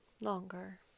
longer